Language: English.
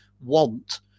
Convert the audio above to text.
want